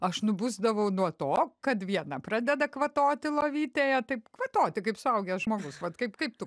aš nubusdavau nuo to kad viena pradeda kvatoti lovytėje taip kvatoti suaugęs žmogus vat kaip kaip tu